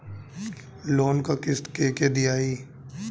Loan क किस्त के के दियाई?